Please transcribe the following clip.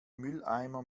mülleimer